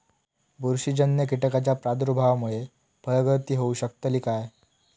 बुरशीजन्य कीटकाच्या प्रादुर्भावामूळे फळगळती होऊ शकतली काय?